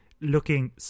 looking